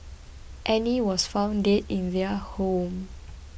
Annie was found dead in their home